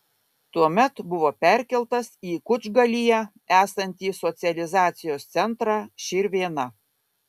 tuomet buvo perkeltas į kučgalyje esantį socializacijos centrą širvėna